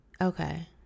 Okay